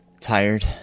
tired